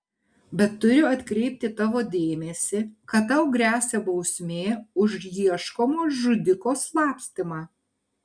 bet turiu atkreipti tavo dėmesį kad tau gresia bausmė už ieškomo žudiko slapstymą